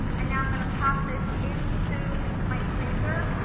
and then i'm going to pop this into my freezer,